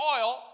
oil